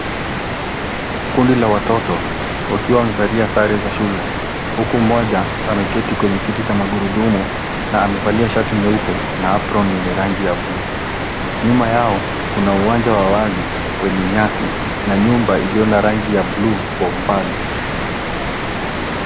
Kundi la watoto wakiwa wamevalia sare za shule huku mmoja ameketi kwenye kiti cha magurudumu na amevalia shati nyeupe na apron yenye rangi ya buluu. Nyuma yao, kuna uwanja wa wazi wenye nyasi na nyumba iliyo na rangi ya buluu kwa umbali.